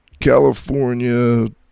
California